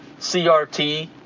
crt